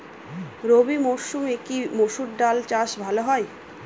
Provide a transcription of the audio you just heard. রবি মরসুমে কি মসুর ডাল চাষ ভালো হয়?